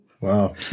Wow